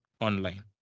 online